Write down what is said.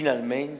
לבסוף,